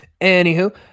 Anywho